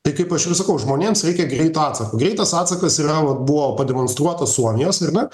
tai kaip aš ir sakau žmonėms reikia greito atsako greitas atsakas yra vat buvo pademonstruotas suomijos ar ne